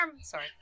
Sorry